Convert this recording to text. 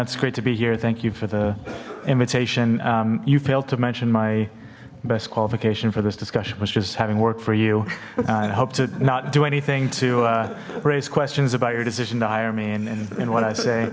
it's great to be here thank you for the invitation you failed to mention my best qualification for this discussion was just having worked for you i hope to not do anything to raise questions about your decision to hire me and what i